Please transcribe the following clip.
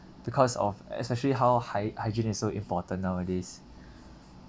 because of especially how hy~ hygiene is so important nowadays